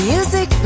Music